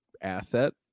asset